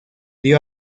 dio